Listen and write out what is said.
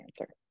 answer